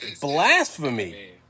Blasphemy